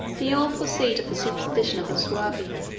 the awful seat of the superstition of the suevi.